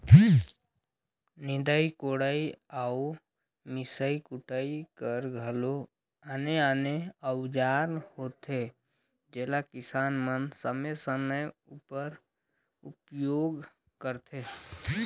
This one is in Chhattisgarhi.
निदई कोड़ई अउ मिसई कुटई कर घलो आने आने अउजार होथे जेला किसान मन समे समे उपर उपियोग करथे